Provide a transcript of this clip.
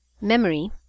Memory